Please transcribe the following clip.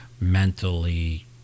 mentally